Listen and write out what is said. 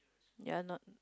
you are not